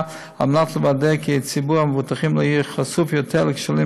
על מנת לוודא כי ציבור המבוטחים לא יהיה חשוף יותר לכשלים